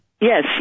yes